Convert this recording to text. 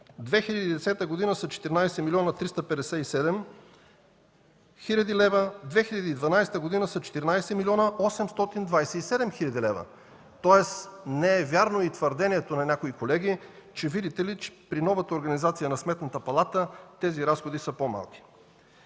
2010 г. са 14 млн. 357 хил. лв., а 2012 г. – 14 млн. 827 хил. лв. Тоест не е вярно твърдението на някои колеги, че видите ли, при новата организация на Сметната палата тези разходи са по-малко.